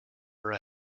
are